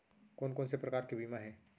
कोन कोन से प्रकार के बीमा हे?